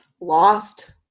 lost